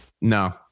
no